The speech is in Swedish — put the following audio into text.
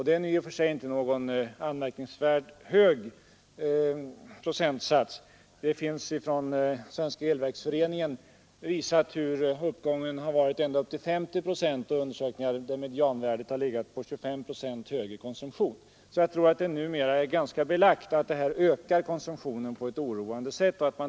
Det är i och för sig inte någon anmärkningsvärt hög procentsats. Från Svenska elverksföreningen har tidigare redovisats undersökningar som visat att uppgången varit ända upp till 50 procent och att medianvärdet har legat på 25 procent högre konsumtion. Jag tror att det numera är styrkt att kollektiv debitering ökar konsumtionen på ett oroväckande sätt.